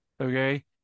okay